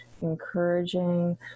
encouraging